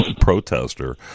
protester